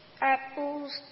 apples